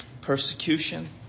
persecution